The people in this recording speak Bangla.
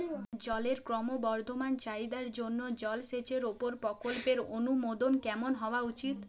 জলের ক্রমবর্ধমান চাহিদার জন্য জলসেচের উপর প্রকল্পের অনুমোদন কেমন হওয়া উচিৎ?